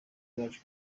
baje